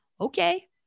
Okay